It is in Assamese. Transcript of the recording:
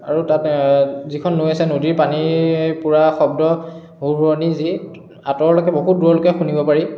আৰু তাত যিখন নৈ আছে নদীৰ পানী পুৰা শব্দ সোৰসোৰনি যি আঁতৰলৈকে বহুত দূৰলৈকে শুনিব পাৰি